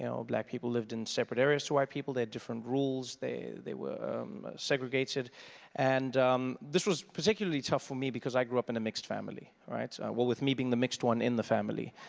you know black people lived in separate areas to white people, they had different rules, they they were um segregated and this was particularly tough for me because i grew up in a mixed family, well, with me being the mixed one in the family.